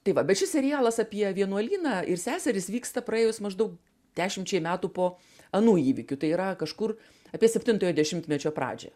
tai va bet šis serialas apie vienuolyną ir seseris vyksta praėjus maždaug dešimčiai metų po anų įvykių tai yra kažkur apie septintojo dešimtmečio pradžią